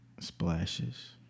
Splashes